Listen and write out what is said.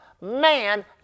man